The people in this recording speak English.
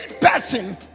person